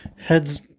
heads